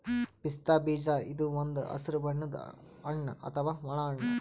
ಪಿಸ್ತಾ ಬೀಜ ಇದು ಒಂದ್ ಹಸ್ರ್ ಬಣ್ಣದ್ ಹಣ್ಣ್ ಅಥವಾ ಒಣ ಹಣ್ಣ್